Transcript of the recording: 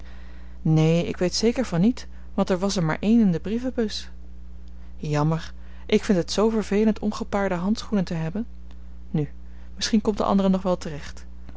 neen ik weet zeker van niet want er was er maar één in de brievenbus jammer ik vind het zoo vervelend ongepaarde handschoenen te hebben nu misschien komt de andere nog wel terecht